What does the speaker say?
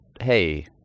hey